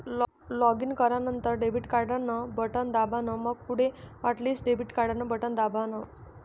login करानंतर debit card न button दाबान, मंग पुढे हॉटलिस्ट डेबिट कार्डन बटन दाबान